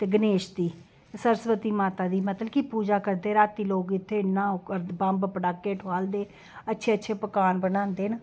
ते गणेश दी सरस्वती माता दी मतलब कि पूजा करदे ते रातीं लोक इ'त्थें इ'न्ना बम्ब पटाके ठोआलदे अच्छे अच्छे पकवान बनांदे न